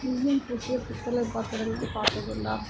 ஈயம் பூசிய பித்தளை பாத்திரங்கள் பார்த்ததுண்டா